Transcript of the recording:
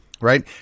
Right